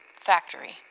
factory